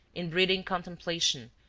in breeding contemplation,